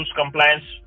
compliance